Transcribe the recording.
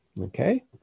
Okay